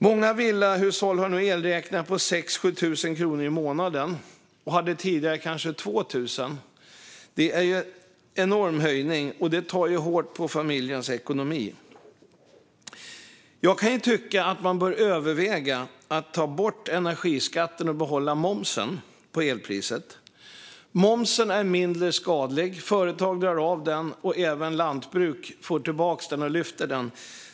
Många villahushåll har elräkningar på 6 000-7 000 kronor i månaden. De hade tidigare räkningar på omkring 2 000. Det är en enorm höjning, och det tar hårt på familjens ekonomi. Jag kan tycka att man bör överväga att ta bort energiskatten och behålla momsen på elpriset. Momsen är mindre skadlig. Företag drar av den, och även lantbruk lyfter bort den.